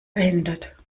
verhindert